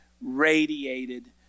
radiated